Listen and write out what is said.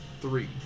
three